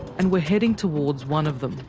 and we're heading towards one of them.